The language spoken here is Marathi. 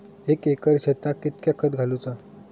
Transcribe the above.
एक एकर शेताक कीतक्या खत घालूचा?